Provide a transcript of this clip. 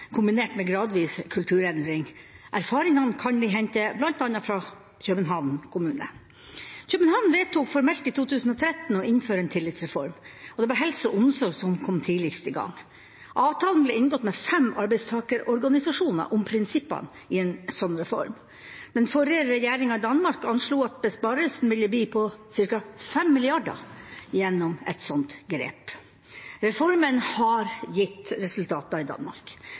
kombinert med gradvis kulturendring. Erfaringene kan vi hente bl.a. fra København kommune. København vedtok formelt i 2013 å innføre en tillitsreform, og det var helse og omsorg som kom tidligst i gang. Avtale ble inngått med fem arbeidstakerorganisasjoner om prinsippene i en slik reform. Den forrige regjeringen i Danmark anslo at besparelsen ville bli på ca. fem milliarder gjennom et slikt grep. Reformen har gitt resultater i Danmark.